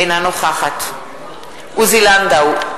אינה נוכחת עוזי לנדאו,